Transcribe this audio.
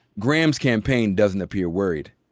graham's campaign doesn't appear worried.